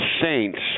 saints